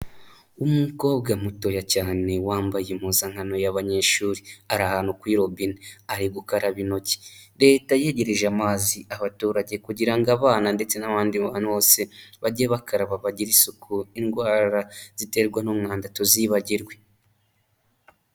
Umukobwa mutoya cyane wambaye impuzankano y'abanyeshuri, ari ahantu kuri rubine ari gukaraba intoki, Leta yegerije amazi abaturage kugira ngo abana ndetse n'abandi bantu bose bajye bakaraba bagire isuku, indwara ziterwa n'umwanda tuzibagirwe.